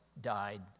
died